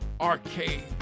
arcade